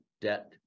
debt